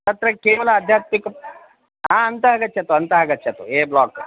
तत्र केवलम् आध्यात्मिकं हा अन्ते आगच्छतु अन्ते आगच्छतु ए ब्लाक्